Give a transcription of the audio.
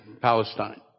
Palestine